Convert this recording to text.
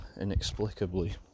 inexplicably